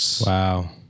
Wow